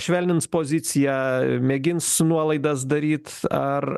švelnins poziciją mėgins nuolaidas daryt ar